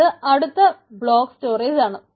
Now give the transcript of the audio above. ഇനി അടുത്തത് block storage